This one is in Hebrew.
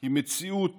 היא מציאות